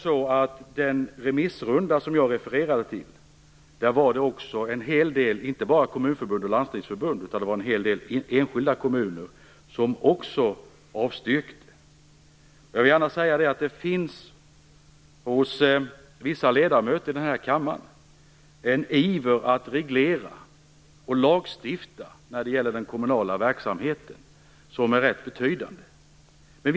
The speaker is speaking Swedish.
I den remissrunda som jag refererade till var det en hel del enskilda kommuner och inte bara Kommunförbund och Landstingsförbund som avstyrkte. Jag vill gärna säga att det hos vissa ledamöter i den här kammaren finns en iver att reglera och lagstifta när det gäller den kommunala verksamheten som är rätt betydande.